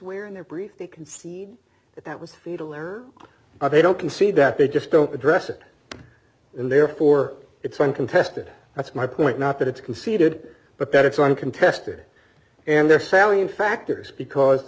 where in their brief they can see that that was futile or are they don't concede that they just don't address it and therefore it's uncontested that's my point not that it's conceded but that it's uncontested and they're sailing in factors because the